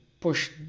push